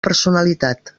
personalitat